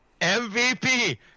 MVP